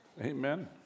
amen